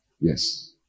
Yes